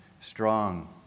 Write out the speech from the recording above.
strong